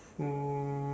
um